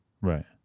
Right